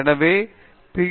எனவே பி